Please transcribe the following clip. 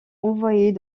envoyée